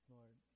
Lord